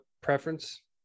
preference